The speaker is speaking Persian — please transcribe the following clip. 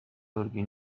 بزرگی